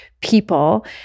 people